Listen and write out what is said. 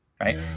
right